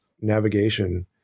navigation